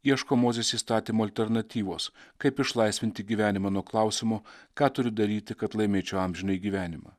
ieško mozės įstatymo alternatyvos kaip išlaisvinti gyvenimą nuo klausimo ką turiu daryti kad laimėčiau amžinąjį gyvenimą